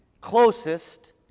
closest